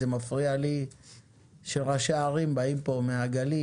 אבל מפריע לי שראשי ערים מגיעים לפה מהגליל,